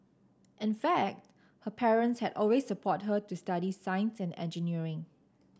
in fact her parents had always support her to study science and engineering